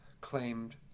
claimed